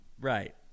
Right